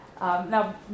Now